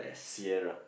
Sierra